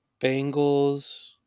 Bengals